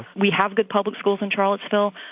we have good public schools in charlottesville,